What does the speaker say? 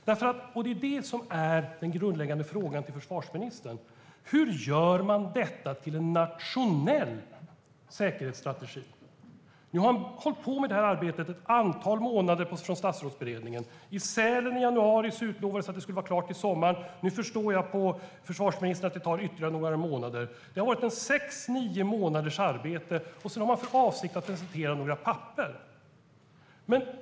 Den grundläggande frågan till försvarsministern är: Hur gör man detta till en nationell säkerhetsstrategi? Statsrådsberedningen har hållit på med detta arbete ett antal månader. I Sälen i januari utlovades att det skulle vara klart i sommar. Nu förstår jag av försvarsministern att det tar ytterligare några månader. Det har varit sex-nio månaders arbete. Sedan har man för avsikt att presentera några papper.